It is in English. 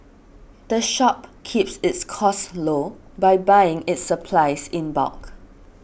the shop keeps its costs low by buying its supplies in bulk